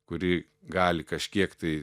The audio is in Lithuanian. kuri gali kažkiek tai